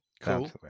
Cool